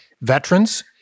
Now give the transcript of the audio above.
veterans